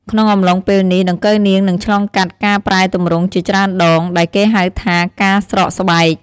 ក្នុងអំឡុងពេលនេះ ដង្កូវនាងនឹងឆ្លងកាត់ការប្រែទម្រង់ជាច្រើនដង ដែលគេហៅថាការស្រកស្បែក។